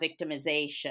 victimization